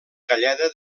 galleda